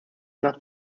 nach